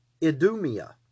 Edomia